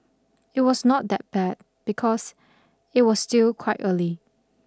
it was not that bad because it was still quite early